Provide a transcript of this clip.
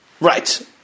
Right